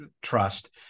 trust